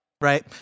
right